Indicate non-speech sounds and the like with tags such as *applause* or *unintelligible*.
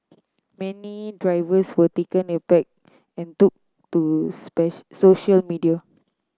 many drivers were taken aback and took to *unintelligible* social media